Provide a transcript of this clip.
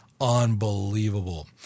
Unbelievable